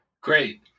Great